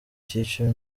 cyiciro